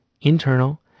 internal